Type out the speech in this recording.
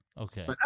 Okay